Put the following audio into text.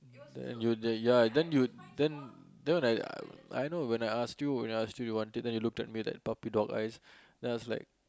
and you then ya then you then then when I I know when I ask you when I ask you you wanted you look at me with puppy dog eyes then I was like